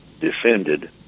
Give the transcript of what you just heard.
defended